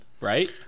right